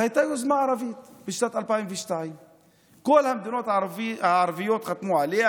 הייתה יוזמה ערבית בשנת 2002. כל המדינות הערביות חתמו עליה,